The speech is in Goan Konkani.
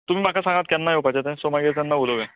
तुमी म्हाका सांगात केन्ना येवपाचें तें देन सो तेन्ना मागीर उलोवया